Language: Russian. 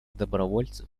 добровольцев